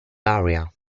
area